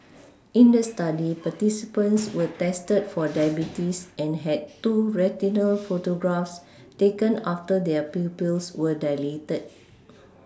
in the study participants were tested for diabetes and had two retinal photographs taken after their pupils were dilated